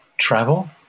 Travel